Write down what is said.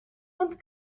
und